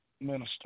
Minister